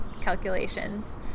calculations